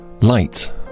Light